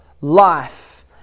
life